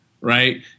right